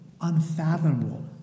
unfathomable